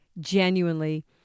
genuinely